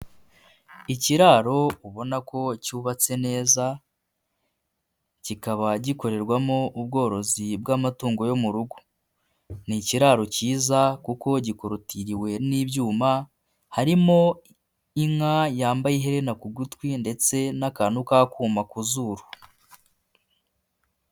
Ikiraro ubona ko cyubatse neza. Kikaba gikorerwamo ubworozi bw'amatungo yo mu rugo. Ni ikiraro kiza kuko gikorotiriwe n'ibyuma. Harimo inka yambaye iherena ku gutwi ndetse n'akantu ka kuma ku zuru.